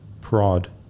prod